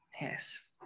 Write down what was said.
yes